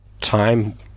time